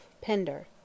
Pender